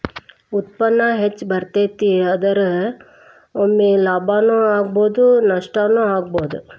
ಉತ್ಪನ್ನಾ ಹೆಚ್ಚ ಬರತತಿ, ಆದರ ಒಮ್ಮೆ ಲಾಭಾನು ಆಗ್ಬಹುದು ನಷ್ಟಾನು ಆಗ್ಬಹುದು